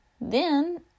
Then